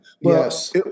Yes